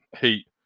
heat